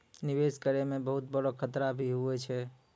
निवेश करै मे बहुत बड़ो खतरा भी हुवै छै